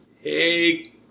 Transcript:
Hey